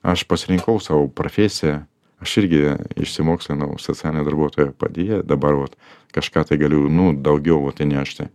aš pasirinkau savo profesiją aš irgi išsimokslinau socialinio darbuotojo padėjėja dabar vot kažką tai galiu nu daugiau vot inešti